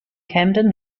camden